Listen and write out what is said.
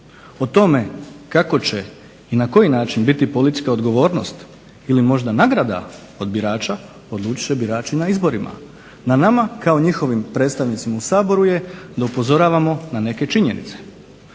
izbore. Kako i na koji način će biti politička odgovornost ili možda nagrada od birača odlučiti će birači na izborima. Na nama kao njihovim predstavnicima u Saboru je da upozoravamo na neke činjenice.